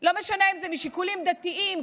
לא משנה אם זה משיקולים דתיים,